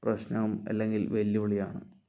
പ്രശ്നം അല്ലെങ്കിൽ വെല്ലുവിളി ആണ്